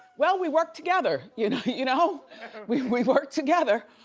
well, we worked together, you know? you know we we worked together,